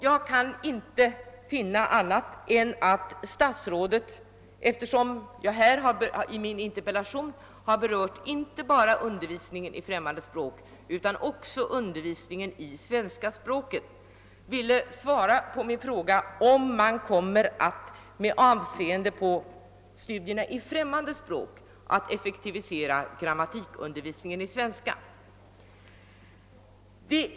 Jag kan inte finna annat än att statsrådet, eftersom jag i min interpellation berört inte bara undervisningen i främmande språk utan också undervisningen i svenska språket, inte ville svara på min fråga, om man med avseende på studierna i främmande språk kommer att effektivisera — grammatikundervisningen i svenska.